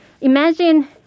imagine